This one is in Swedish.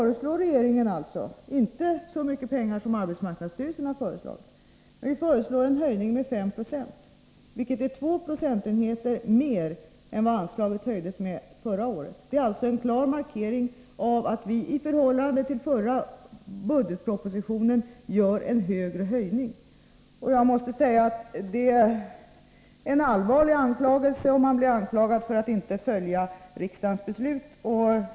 Regeringen föreslår inte så mycket pengar som arbetsmarknadsstyrelsen har föreslagit, men ändå en höjning med 5 96, vilket är 2 procentenheter mer än vad anslaget höjdes med förra året. Det är alltså en klar markering av att vi, i förhållande till förra budgetpropositionen, gör en större höjning. Det är en allvarlig anklagelse om någon hävdar att man inte följer riksdagens beslut.